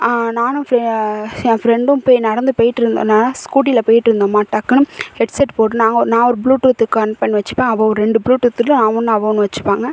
நானும் ஃபெ என் ஃப்ரெண்டும் போய் நடந்து போயிட்டு இருந்தோம்னால் ஸ்கூட்டியில் போயிட்டு இருந்தோமா டக்குன்னு ஹெட்செட் போட்டுட்டு நாங்கள் ஒரு நான் ஒரு ப்ளூடூத்து கனெக்ட் பண்ணி வச்சுப்பேன் அவள் ஒரு ரெண்டு ப்ளூடூத்தில் அவள் ஒன்று நான் ஒன்று வச்சுப்பாங்க